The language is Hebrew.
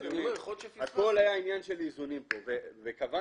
אני אומר, יכול להיות שפספסנו.